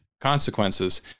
consequences